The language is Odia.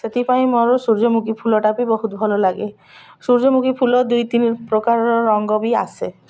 ସେଥିପାଇଁ ମୋର ସୂର୍ଯ୍ୟମୁଖୀ ଫୁଲଟା ବି ବହୁତ ଭଲ ଲାଗେ ସୂର୍ଯ୍ୟମୁଖୀ ଫୁଲ ଦୁଇ ତିନି ପ୍ରକାରର ରଙ୍ଗ ବି ଆସେ